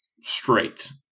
straight